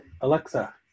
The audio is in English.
alexa